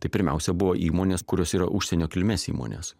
tai pirmiausia buvo įmonės kurios yra užsienio kilmės įmonės